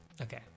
Okay